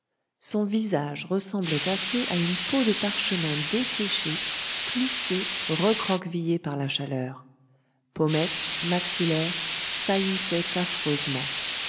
son visage ressemblait assez à une peau de parchemin desséchée plissée recroquevillée par la chaleur pommettes maxillaires saillissaient affreusement